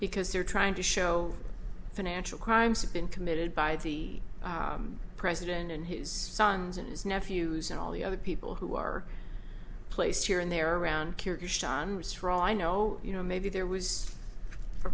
because they're trying to show financial crimes have been committed by the president and his sons and his nephews and all the other people who are placed here and there around for all i know you know maybe there was a